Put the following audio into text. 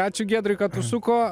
ačiū giedriui kad užsuko